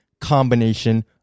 combination